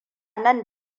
nan